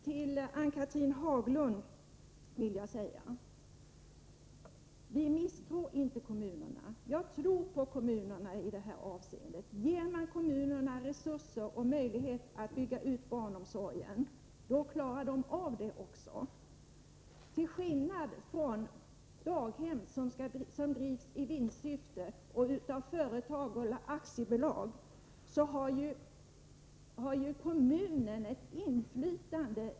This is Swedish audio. Till Ann-Cathrine Haglund vill jag säga: Vi misstror inte kommunerna — jag tror på kommunerna i det här avseendet. Ger man kommunerna resurser och möjlighet att bygga ut barnomsorgen klarar de också av det. I den verksamheten — till skillnad från verksamheten i daghem som drivs i vinstsyfte och av aktiebolag — har kommunen ett inflytande.